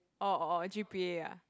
orh orh orh g_p_a ah